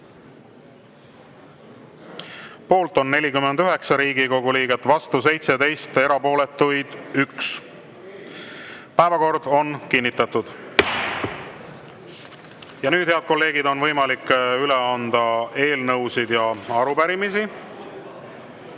Poolt on 49 Riigikogu liiget, vastu 17, erapooletuid 1. Päevakord on kinnitatud. Ja nüüd, head kolleegid, on võimalik üle anda eelnõusid ja arupärimisi.